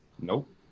Nope